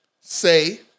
say